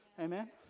amen